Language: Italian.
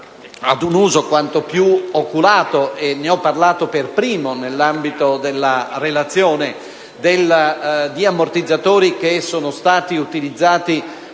ad un uso quanto più oculato. Ho parlato per primo, nell'ambito della relazione, di ammortizzatori che sono stati utilizzati